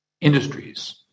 industries